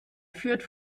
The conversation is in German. führt